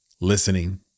listening